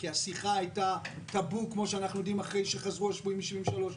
כי השיחה הייתה טאבו כמו שאנחנו יודעים אחרי שחזרו השבויים ב-1973.